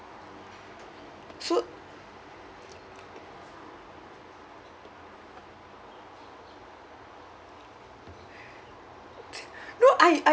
so no I I